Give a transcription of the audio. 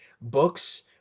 books